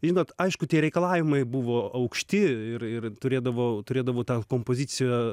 žinot aišku tie reikalavimai buvo aukšti ir ir turėdavau turėdavau tą kompoziciją